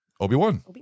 Obi-Wan